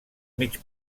mig